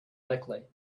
likely